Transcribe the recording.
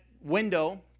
window